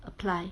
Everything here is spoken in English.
apply